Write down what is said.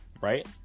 Right